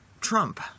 Trump